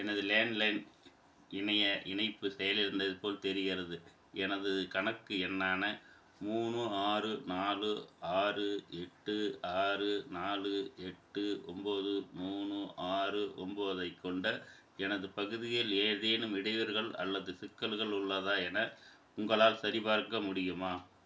எனது லேண்ட்லைன் இணைய இணைப்பு செயலிழந்தது போல் தெரிகிறது எனது கணக்கு எண்ணான மூணு ஆறு நாலு ஆறு எட்டு ஆறு நாலு எட்டு ஒம்போது மூணு ஆறு ஒம்போது ஐக் கொண்ட எனது பகுதியில் ஏதேனும் இடையூறுகள் அல்லது சிக்கல்கள் உள்ளதா என உங்களால் சரிபார்க்க முடியுமா